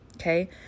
okay